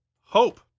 hope